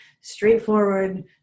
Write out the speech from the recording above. straightforward